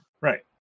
right